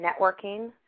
networking